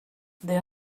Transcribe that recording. there